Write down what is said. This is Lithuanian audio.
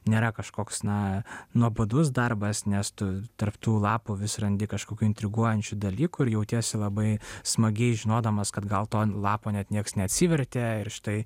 nėra kažkoks na nuobodus darbas nes tu tarp tų lapų vis randi kažkokių intriguojančių dalykų ir jautiesi labai smagiai žinodamas kad gal to lapo net niekas neatsivertė ir štai